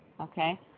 okay